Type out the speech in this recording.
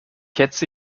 hetze